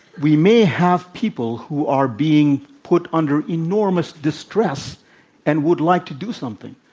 we may have people who are being put under enormous distress and would like to do something.